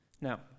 Now